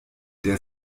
der